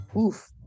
Oof